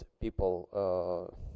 people